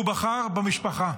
והוא בחר במשפחה.